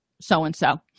so-and-so